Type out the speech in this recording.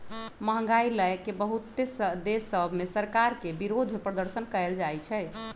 महंगाई लए के बहुते देश सभ में सरकार के विरोधमें प्रदर्शन कएल जाइ छइ